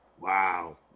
Wow